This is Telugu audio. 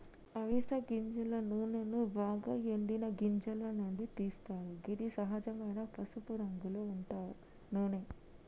అవిస గింజల నూనెను బాగ ఎండిన గింజల నుండి తీస్తరు గిది సహజమైన పసుపురంగులో ఉండే నూనె